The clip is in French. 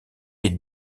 est